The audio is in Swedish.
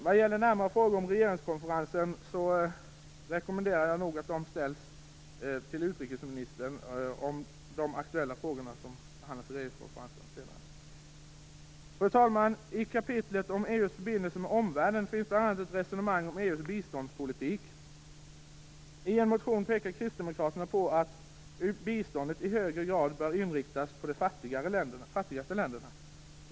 Vad gäller närmare frågor om aktuella ämnen på regeringskonferensen är det nog min rekommendation att de frågorna ställs till utrikesministern. Fru talman! I kapitlet om EU:s förbindelser med omvärlden finns det bl.a. ett resonemang om EU:s biståndspolitik. I en motion pekar Kristdemokraterna på att biståndet i högre grad bör inriktas på de fattigaste länderna.